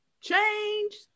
Change